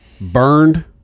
burned